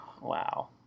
Wow